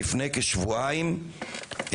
לפני כשבועיים,